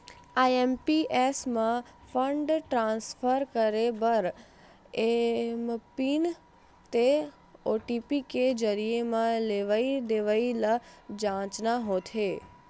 IMPS म fund transfer करे बर एमपिन ते ओ.टी.पी के जरिए म लेवइ देवइ ल जांचना होथे